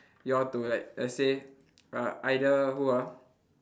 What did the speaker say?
y'all to like let's say uh either who ah